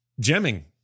gemming